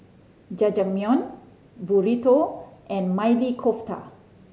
Jajangmyeon Burrito and Maili Kofta